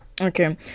Okay